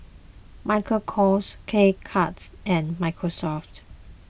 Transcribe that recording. Michael Kors K Cuts and Microsoft